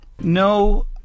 No